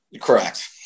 Correct